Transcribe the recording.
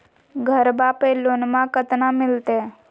घरबा पे लोनमा कतना मिलते?